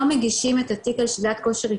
מגישים את התיק על שלילת כושר התנגדות,